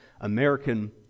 American